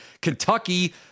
Kentucky